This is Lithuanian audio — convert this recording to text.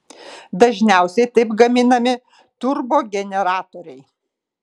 dažniausiai taip gaminami turbogeneratoriai